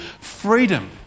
freedom